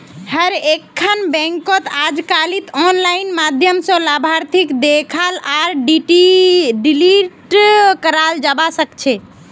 हर एकखन बैंकत अजकालित आनलाइन माध्यम स लाभार्थीक देखाल आर डिलीट कराल जाबा सकेछे